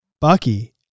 Bucky